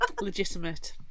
Legitimate